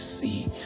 see